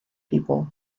people